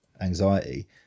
anxiety